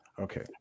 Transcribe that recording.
Okay